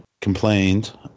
complained